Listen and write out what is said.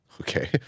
Okay